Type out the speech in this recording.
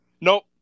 Nope